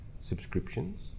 subscriptions